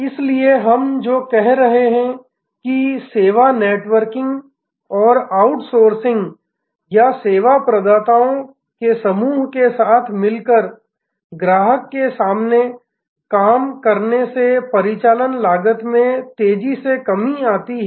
इसलिए हम जो कह रहे हैं कि सेवा नेटवर्किंग और आउटसोर्सिंग या सेवा प्रदाताओं के समूह के साथ मिलकर ग्राहक के सामने काम करने से परिचालन लागत में तेजी से कमी आती है